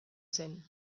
zen